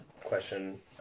question